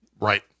Right